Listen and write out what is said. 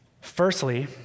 Firstly